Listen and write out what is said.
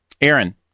Aaron